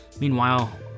Meanwhile